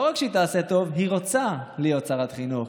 לא רק שהיא תעשה טוב, היא רוצה להיות שרת חינוך.